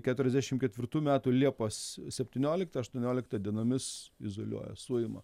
keturiasdešim ketvirtų metų liepos septynioliktą aštuonioliktą dienomis izoliuoja suima